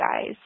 guys